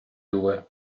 due